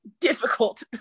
difficult